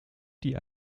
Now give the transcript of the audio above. die